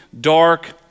dark